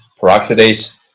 peroxidase